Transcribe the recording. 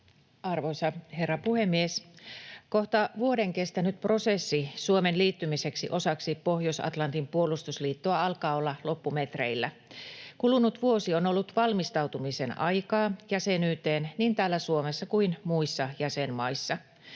Arvoisa herra puhemies! Kohta vuoden kestänyt prosessi Suomen liittymiseksi osaksi Pohjois-Atlantin puolustusliittoa alkaa olla loppumetreillä. Kulunut vuosi on ollut jäsenyyteen valmistautumisen aikaa niin täällä Suomessa kuin muissa jäsenmaissa.